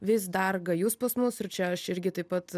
vis dar gajus pas mus ir čia aš irgi taip pat